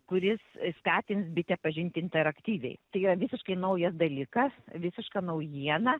kuris skatins bitę pažint interaktyviai tai jau visiškai naujas dalykas visiška naujiena